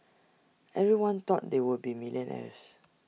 everyone thought they would be millionaires